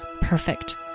perfect